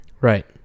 Right